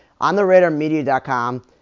ontheradarmedia.com